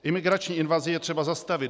Imigrační invazi je třeba zastavit.